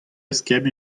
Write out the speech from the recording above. eskemm